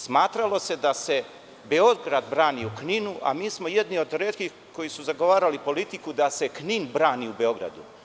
Smatralo se da se Beograd brani u Kninu, a mi smo jedni od retkih koji su zagovarali politiku da se Knin brani u Beogradu.